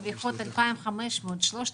מרוויחות 2,500 שקלים,